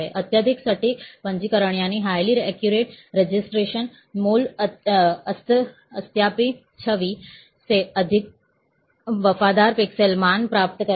अत्यधिक सटीक पंजीकरण मूल असत्यापित छवि से अधिक वफादार पिक्सेल मान प्राप्त करेगा